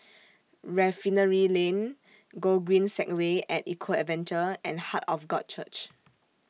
Refinery Lane Gogreen Segway At Eco Adventure and Heart of God Church